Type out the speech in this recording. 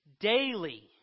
Daily